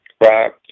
right